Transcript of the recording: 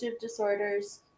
disorders